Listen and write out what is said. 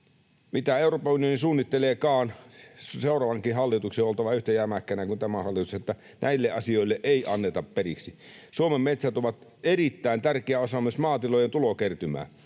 Mitä Euroopan unioni suunnitteleekaan, seuraavankin hallituksen on oltava yhtä jämäkkänä kuin tämä hallitus, että näille asioille ei anneta periksi. Suomen metsät ovat erittäin tärkeä osa myös maatilojen tulokertymää.